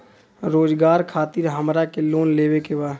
रोजगार खातीर हमरा के लोन लेवे के बा?